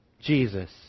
Jesus